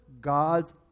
God's